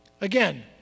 Again